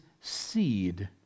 seed